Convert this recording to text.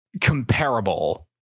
comparable